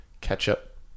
ketchup